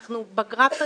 בגרף הזה,